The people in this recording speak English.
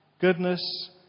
Goodness